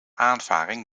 aanvaring